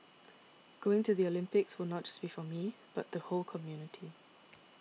going to the Olympics will not just be for me but the whole community